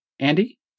Andy